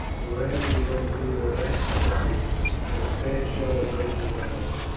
and were able to go through their exercises with a fair show of regularity.